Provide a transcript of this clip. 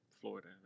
Florida